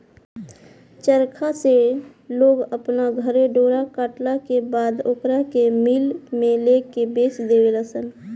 चरखा से लोग अपना घरे डोरा कटला के बाद ओकरा के मिल में लेके बेच देवे लनसन